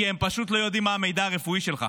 כי הם פשוט לא יודעים מה המידע הרפואי שלך.